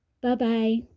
Bye-bye